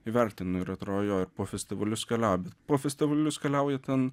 įvertino ir atrodo jo ir po festivalius keliauji bet po festivalius keliauja ten